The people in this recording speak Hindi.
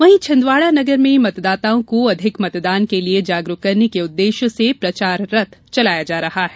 वहीं छिंदवाड़ा नगर में मतदाताओं को अधिक मतदान के लिये जागरूक करने के उद्वेश्य से प्रचार रथ चलाया जा रहा है